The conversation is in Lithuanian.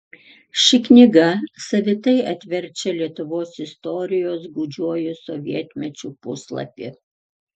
ši knyga savitai atverčia lietuvos istorijos gūdžiuoju sovietmečiu puslapį